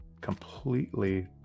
completely